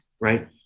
Right